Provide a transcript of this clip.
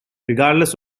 regardless